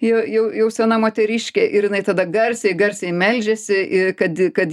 jau jau jau sena moteriškė ir jinai tada garsiai garsiai meldžiasi i kad kad